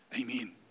Amen